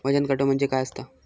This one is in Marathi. वजन काटो म्हणजे काय असता?